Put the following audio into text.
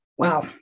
Wow